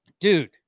Dude